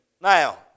Now